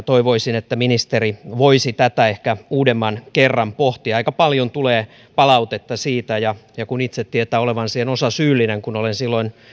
toivoisin että ministeri voisi tätä ehkä uudemman kerran pohtia aika paljon siitä tulee palautetta ja ja kun itse tiedän olevani siihen osasyyllinen kun olen silloin